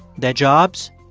their jobs?